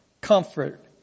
comfort